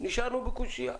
נשארנו בקושיה.